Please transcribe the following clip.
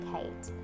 Kate